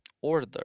order